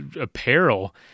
apparel